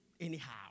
anyhow